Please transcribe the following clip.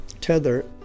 tether